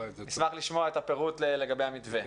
לענייננו לגבי המתווה,